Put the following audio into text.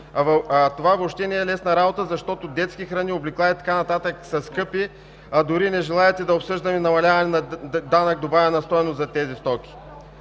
това въобще не е лесна работа, защото детски храни, облекла и така нататък са скъпи, а дори не желаете да обсъждаме намаляване на данък добавена стойност за тези стоки.